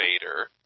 vader